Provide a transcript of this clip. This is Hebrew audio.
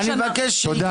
תודה.